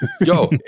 Yo